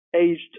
Aged